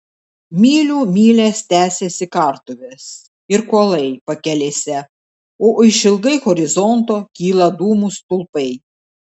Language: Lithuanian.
mylių mylias tęsiasi kartuvės ir kuolai pakelėse o išilgai horizonto kyla dūmų stulpai